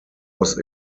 was